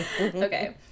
okay